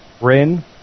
Rin